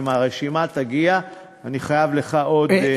אם הרשימה תגיע, אני חייב לך עוד מילה אחת.